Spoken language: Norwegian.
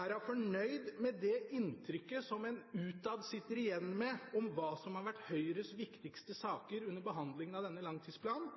Er hun fornøyd med det inntrykket som en utad sitter igjen med, om hva som har vært Høyres viktigste saker under behandlingen av denne langtidsplanen?